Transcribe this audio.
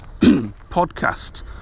podcast